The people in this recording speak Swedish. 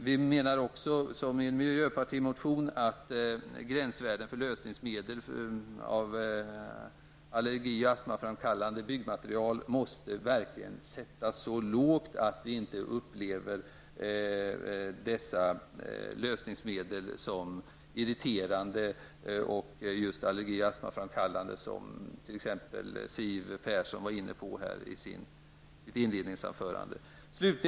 Vi menar också, som framgår av en miljöpartimotion, att gränsvärden för lösningsmedel i byggmaterial verkligen måste sättas så lågt att vi inte upplever dem som irriterande och allergi och astmaframkallande, vilket t.ex. Siw Persson var inne på i sitt inledningsanförande.